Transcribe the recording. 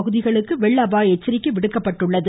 பகுதிகளுக்கு வெள்ள அபாய எச்சரிக்கை விடுக்கப்பட்டுள்ளது